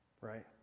Right